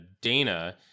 Dana